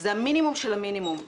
זה המינימום שבמינימום.